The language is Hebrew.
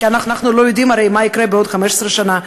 כי אנחנו לא הרי יודעים מה יקרה בעוד 15 שנה,